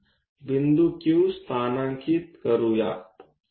बिंदू Q स्थानांकित करूया